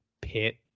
pit